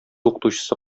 укытучысы